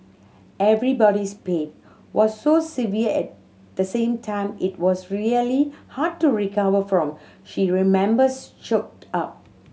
everybody's pain was so severe at the same time it was really hard to recover from she remembers choked up